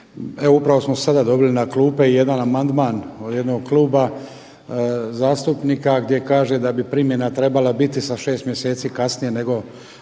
upravo samo sada dobili na klupe jedan amandman od jednog kluba zastupnika, gdje kaže da bi primjena trebala biti sa šest mjeseci kasnije nego